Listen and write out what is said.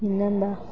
പിന്നെന്താ